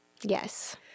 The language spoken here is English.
Yes